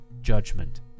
judgment